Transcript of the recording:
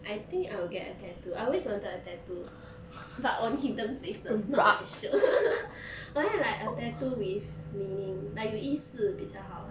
I think I will get a tattoo I always wanted a tattoo but on hidden places not at sh~ wa~ like a tattoo with meaning like 有意思比较好 ah